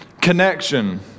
connection